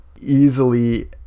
easily